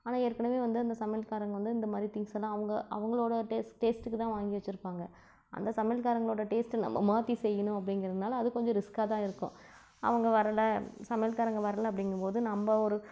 ஆனால் ஏற்கனவே வந்து அந்த சமையல்காரங்க வந்து இந்தமாதிரி திங்க்ஸெல்லாம் அவங்க அவங்களோடய டேஸ்ட் டேஸ்ட்டுக்குதான் வாங்கி வச்சுருப்பாங்க அந்த சமையல்காரங்களோடய டேஸ்ட்டு நம்ம மாற்றி செய்யணும் அப்படிங்கிறதுனால அது கொஞ்சம் ரிஸ்காகதான் இருக்கும் அவங்க வரலை சமையல்காரங்க வரலை அப்படிங்கும்போது நம்ப ஒரு